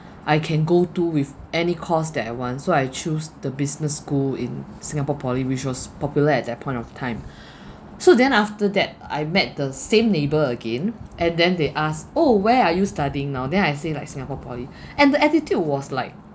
I can go to with any course that I want so I choose the business school in singapore poly which was popular at that point of time so then after that I met the same neighbour again and then they asked oh where are you studying now then I said like singapore poly and the attitude was like